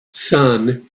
sun